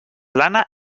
lana